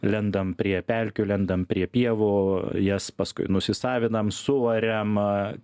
lendam prie pelkių lendam prie pievų jas paskui nusisavinam suariam